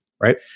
right